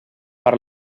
per